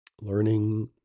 learning